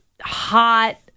hot